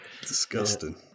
Disgusting